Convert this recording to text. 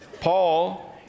paul